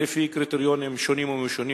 לפי קריטריונים שונים ומשונים.